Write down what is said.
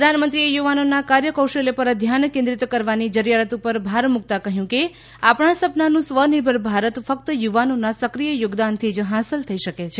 પ્રધાનમંત્રીએ યુવાનોના કાર્ય કૌશલ્ય પર ધ્યાન કેન્દ્રિત કરવાની જરૂરિયાત પર ભાર મૂક્યો હતો અને કહ્યું કે આપણા સપનાંનું સ્વનિર્ભર ભારત ફક્ત યુવાનોના સક્રિય યોગદાનથી જ હાંસલ થઈ શકે છે